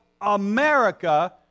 America